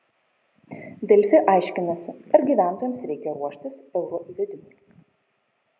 delfi aiškinasi ar gyventojams reikia ruoštis euro įvedimui